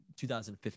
2015